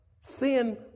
Sin